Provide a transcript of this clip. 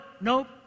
nope